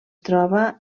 troba